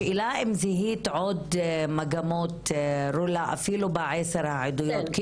השאלה אם זיהית עוד מגמות אפילו בעשר העדויות?